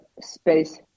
space